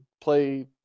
play